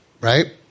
right